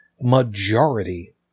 majority